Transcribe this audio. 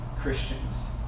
Christians